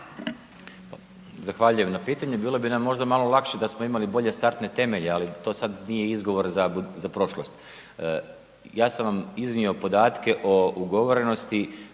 Zahvaljujem na pitanju, bilo bi nam možda malo lakše da smo imali bolje startne temelje, ali to sad nije izgovor za prošlost. Ja sam vam iznio podatke o ugovorenosti,